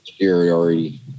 superiority